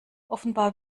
offenbar